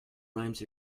rhymes